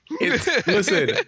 listen